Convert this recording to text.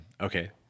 Okay